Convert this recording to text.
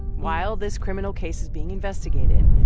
while this criminal case is being investigated,